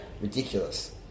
ridiculous